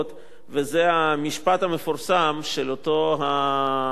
וזה המשפט המפורסם של אותו הפושע,